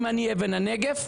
אם אני אבן הנגף,